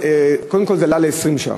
קודם כול זה עלה ל-20 ש"ח.